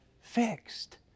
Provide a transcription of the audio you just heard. fixed